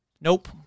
nope